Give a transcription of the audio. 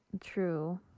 True